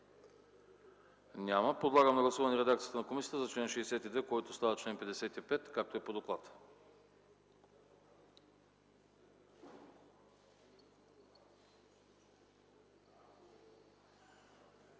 Подлагам на гласуване редакцията на комисията за чл. 65, който става чл. 57, така както е по доклад